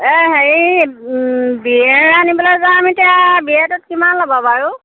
এই হেৰি বিয়াৰ আনিবলৈ যাম এতিয়া বিয়াৰটোত কিমান ল'ব বাৰু